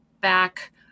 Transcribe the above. back